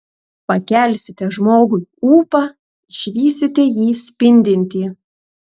pakelsite žmogui ūpą išvysite jį spindintį